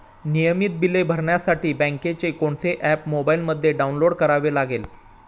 नियमित बिले भरण्यासाठी बँकेचे कोणते ऍप मोबाइलमध्ये डाऊनलोड करावे लागेल?